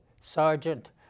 sergeant